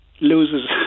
loses